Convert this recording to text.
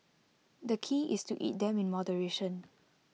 the key is to eat them in moderation